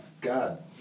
God